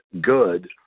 good